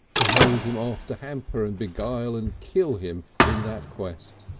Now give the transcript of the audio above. to hold him off, to hamper and beguile and kill him in that quest.